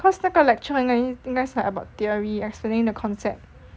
cause 那个 lecture 应该应该是 about theory explaining the concept